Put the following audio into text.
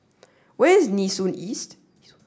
where is Nee Soon East